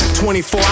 24